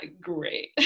great